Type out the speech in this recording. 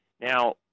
Now